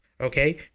okay